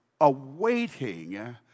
awaiting